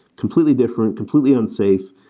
completely different, completely unsafe,